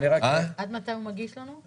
עד מתי מגיש לנו?